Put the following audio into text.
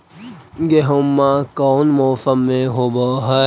गेहूमा कौन मौसम में होब है?